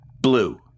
Blue